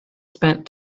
spend